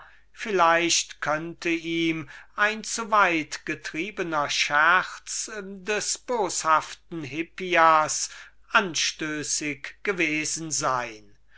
war daß ihm vielleicht ein zu weit getriebner scherz des boshaften hippias anstößig gewesen sein